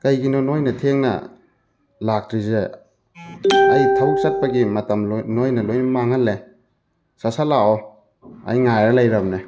ꯀꯩꯒꯤꯅꯣ ꯅꯣꯏꯅ ꯊꯦꯡꯅ ꯂꯥꯛꯇ꯭ꯔꯤꯁꯦ ꯑꯩ ꯊꯕꯛ ꯆꯠꯄꯒꯤ ꯃꯇꯝ ꯅꯣꯏꯅ ꯂꯣꯏꯅ ꯃꯥꯡꯍꯜꯂꯦ ꯁꯠ ꯁꯠ ꯂꯥꯛꯑꯣ ꯑꯩ ꯉꯥꯏꯔꯒ ꯂꯩꯔꯕꯅꯦ